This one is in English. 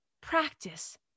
practice